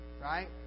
Right